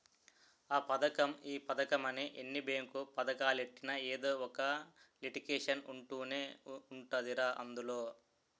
ఆ పదకం ఈ పదకమని ఎన్ని బేంకు పదకాలెట్టినా ఎదో ఒక లిటికేషన్ ఉంటనే ఉంటదిరా అందులో